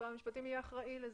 משרד המשפטים יהיה אחראי לזה.